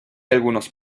algunos